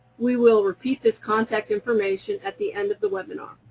we will repeat this contact information at the end of the webinar.